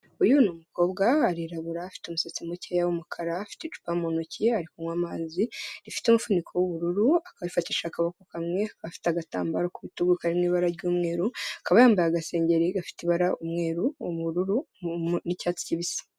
Uyu ni umukobwa arirabura afite umusatsi mukeya w'umukara, afite icupa mu ntoki ari kunywa amazi, rifite umufuniko w'ubururu akarifatisha akaboko kamwe, afite agatambaro kubitugu kari ibara ry'umweru, akaba yambaye agasengeri gafite ibara umweru, ubururu, harimo n'icyatsi kibisi.